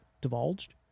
divulged